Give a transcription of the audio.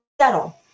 settle